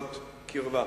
"שיחות קרבה".